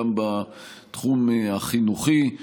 גם בתחום החינוכי,